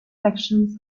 sections